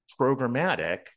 programmatic